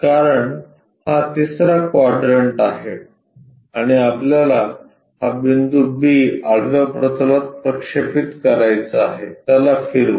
कारण हा तिसरा क्वाड्रंट आहे आणि आपल्याला हा बिंदू B आडव्या प्रतलात प्रक्षेपित करायचा आहे त्याला फिरवा